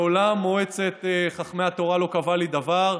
מעולם מועצת חכמי התורה לא קבעה לי דבר.